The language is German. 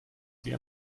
sie